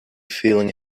feeling